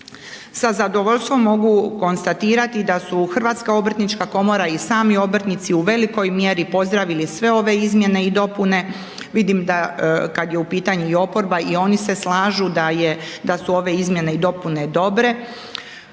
Sa zadovoljstvom mogu konstatirati da su HOK i sami obrtnici u velikoj mjeri pozdravili sve ove izmjene i dopune. Vidim da kad je u pitanju i oporba i oni se slažu da su ove izmjene i dopune dobre